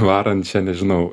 varančią nežinau